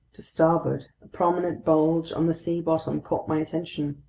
to starboard, a prominent bulge on the sea bottom caught my attention.